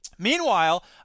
Meanwhile